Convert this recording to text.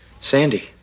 Sandy